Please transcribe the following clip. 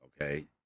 okay